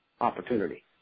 opportunity